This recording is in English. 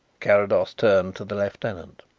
carrados turned to the lieutenant.